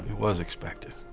was expected.